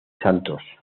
santos